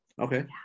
Okay